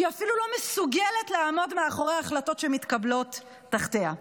שאפילו לא מסוגלת לעמוד מאחורי ההחלטות שמתקבלות תחתיה.